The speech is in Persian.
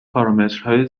پارامترهای